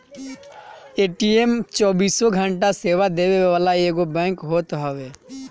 ATM चौबीसों घंटा सेवा देवे वाला एगो बैंक होत हवे